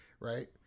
right